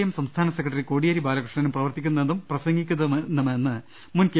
M സ്പ്സ്ഥാന secretary Kodiyeri ബാലകൃഷ്ണനും പ്രപ്രവർത്തിക്കുന്നതും പ്രസംഗിക്കുന്നതുമെന്ന് മുൻ കെ